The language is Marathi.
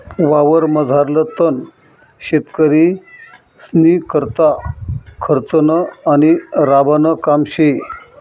वावरमझारलं तण शेतकरीस्नीकरता खर्चनं आणि राबानं काम शे